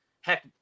Heck